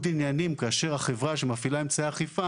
עניינים כאשר החברה שמפעילה אמצעי אכיפה